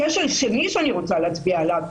הכשל השני שאני רוצה להצביע עליו.